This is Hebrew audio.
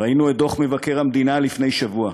ראינו את דוח מבקר המדינה לפני שבוע,